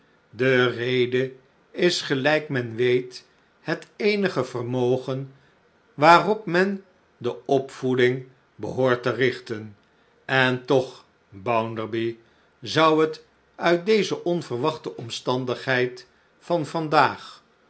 de rede is gelijk men weet het eenige vermogen waarop men de opvoeding behoort te richten en toch bounderby zou het uit deze onverwachte omstandigheid van vandaag